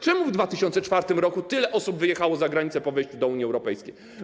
Czemu w 2004 r. tyle osób wyjechało za granicę po wejściu do Unii Europejskiej?